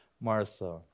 Martha